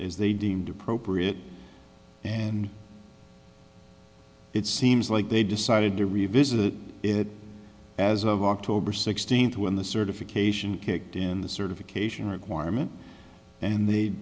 is they deemed appropriate and it seems like they decided to revisit it as of october sixteenth when the certification kicked in the certification requirement and they